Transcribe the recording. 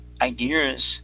ideas